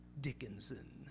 Dickinson